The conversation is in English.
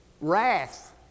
wrath